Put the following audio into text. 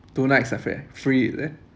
two nights affair free is it